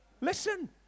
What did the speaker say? listen